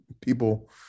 people